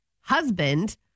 husband